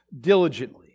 diligently